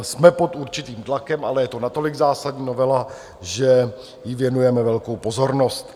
Jsme pod určitým tlakem, ale je to natolik zásadní novela, že jí věnujeme velkou pozornost.